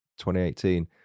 2018